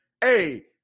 Hey